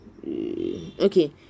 okay